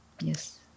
Yes